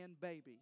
baby